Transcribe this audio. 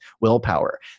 willpower